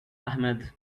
ahmed